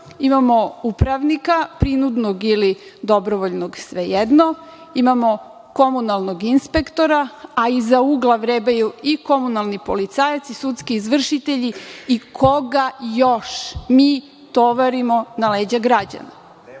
imamo upravnika, prinudnog ili dobrovoljnog, svejedno, imamo komunalnog inspektora, a iza ugla vrebaju i komunalni policajci, sudski izvršitelji i koga još mi tovarimo na leđa građanima. Samo